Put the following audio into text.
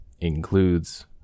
includes